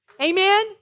Amen